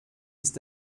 ist